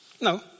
No